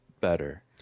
better